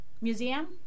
museum